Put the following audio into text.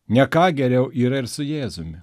ne ką geriau yra ir su jėzumi